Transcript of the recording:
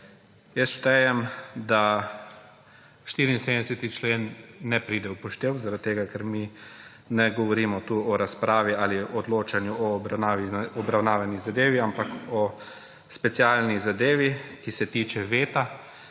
Jaz štejem, da 74. člen ne pride v poštev zaradi tega, ker mi ne govorimo tukaj o razpravi ali odločanju o obravnavani zadevi, ampak o specialni zadevi, ki se tiče veta,